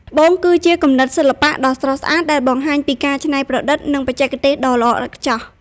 ត្បូង គឺជាគំនិតសិល្បៈដ៏ស្រស់ស្អាតដែលបង្ហាញពីការច្នៃប្រឌិត និងបច្ចេកទេសដ៏ល្អឥតខ្ចោះ។